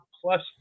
plus